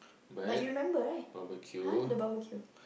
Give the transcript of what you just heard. but you remember right !huh! the barbecue